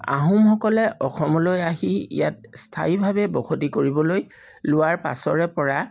আহোমসকলে অসমলৈ আহি ইয়াত স্থায়ীভাৱে বসতি কৰিবলৈ লোৱা পাছৰে পৰা